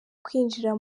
kwinjira